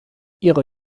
ihre